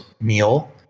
meal